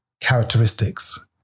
characteristics